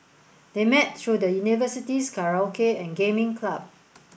they met through the university's karaoke and gaming club